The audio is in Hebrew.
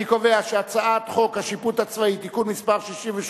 אני קובע שהצעת חוק השיפוט הצבאי (תיקון מס' 63)